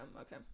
okay